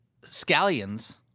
scallions—